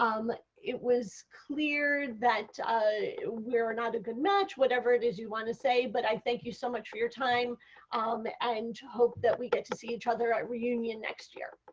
um it was clear that we are not a good match, whatever it is you want to say, but i thank you so much for your time um and hope that we get to see each other at reunion next year.